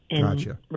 Gotcha